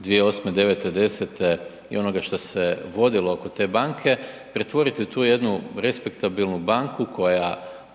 '09., '10. i onoga šta se vodilo oko te banke pretvorite u tu jednu respektabilnu banku koja